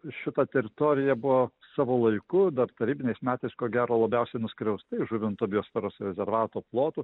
šita teritorija buvo savo laiku dar tarybiniais metais ko gero labiausiai nuskriausti žuvinto biosferos rezervato plotų